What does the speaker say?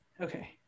Okay